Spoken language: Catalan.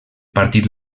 partit